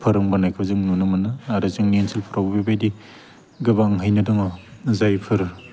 फोरोंबोनायखौ जों नुनो मोनो आरो जोंनि ओनसोलफोरावबो बेबायदि गोबाङैनो दङ जायफोर